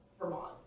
Vermont